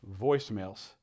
voicemails